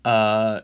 uh